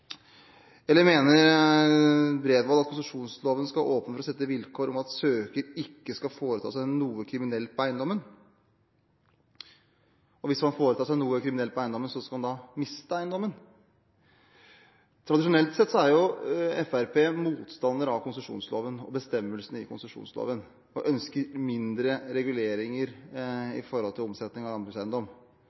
Eller mener Bredvold at konsesjonsloven skal åpne for å sette vilkår om at søker ikke skal foreta seg noe kriminelt på eiendommen? Og hvis man foretar seg noe kriminelt på eiendommen, skal man da miste eiendommen? Tradisjonelt sett er Fremskrittspartiet motstander av konsesjonsloven og bestemmelsene i den, og ønsker færre reguleringer når det gjelder omsetning av landbrukseiendom.